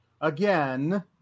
again